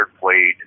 played